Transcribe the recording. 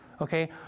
okay